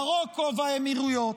מרוקו והאמירויות,